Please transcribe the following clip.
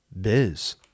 Biz